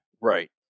right